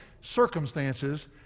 circumstances